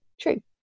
true